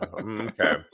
Okay